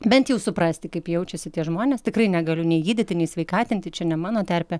bent jau suprasti kaip jaučiasi tie žmonės tikrai negaliu nei gydyti nei sveikatinti čia ne mano terpė